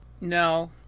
No